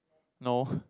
no